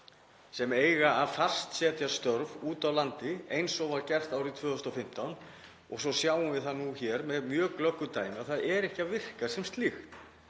sem eiga að fastsetja störf úti á landi eins og var gert árið 2015 en svo sjáum við það hér með mjög glöggu dæmi að það er ekki að virka sem slíkt.